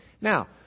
Now